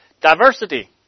Diversity